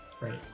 Right